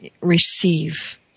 receive